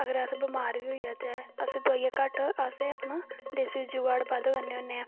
अगर अस बमार बी होई जाच्चै अस दोआईयां घट्ट अस अपना देस्सी जुगाड़ बद्द करने होन्ने ऐं